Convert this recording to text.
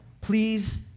Please